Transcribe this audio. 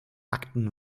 akten